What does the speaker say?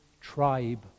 tribe